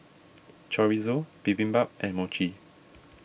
Chorizo Bibimbap and Mochi